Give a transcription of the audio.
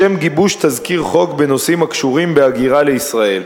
לשם גיבוש תזכיר חוק בנושאים הקשורים בהגירה לישראל.